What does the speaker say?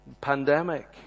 pandemic